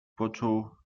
począł